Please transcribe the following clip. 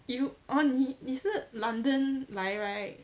you orh 你你是 london 来 right